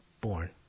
born